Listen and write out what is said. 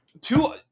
two